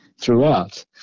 throughout